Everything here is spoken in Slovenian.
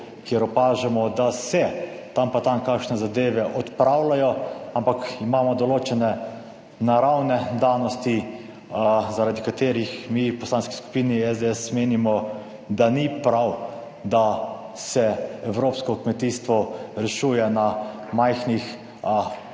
kjer opažamo, da se tam pa tam kakšne zadeve odpravljajo, ampak imamo določene naravne danosti, zaradi katerih mi v Poslanski skupini SDS menimo, da ni prav, da se evropsko kmetijstvo rešuje na majhnih,